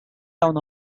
town